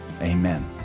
Amen